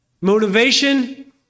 motivation